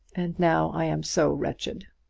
and now i am so wretched.